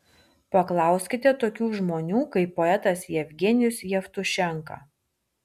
paklauskite tokių žmonių kaip poetas jevgenijus jevtušenka